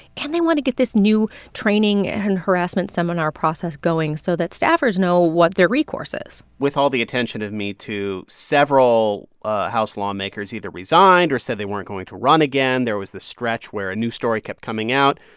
and they want to get this new training and harassment seminar process going so that staffers know what their recourse is with all the attention of metoo, several house lawmakers either resigned or said they weren't going to run again. there was this stretch where a new story kept coming out.